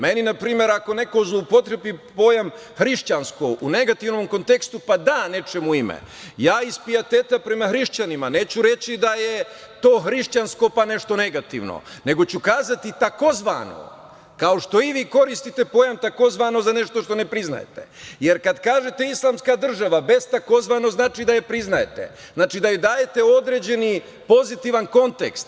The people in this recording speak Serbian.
Meni, na primer, ako neko zloupotrebi pojam hrišćansko u negativnom kontekstu, pa da nečemu ime, ja iz pijeteta prema hrišćanima neću reći da je to hrišćansko, pa nešto negativno, nego ću kazati takozvano, kao što i vi koristite pojam takozvano za nešto što ne priznajete, jer kada kažete islamska država, bez takozvano, znači da je priznajete, znači da joj dajete određeni pozitivan kontekst.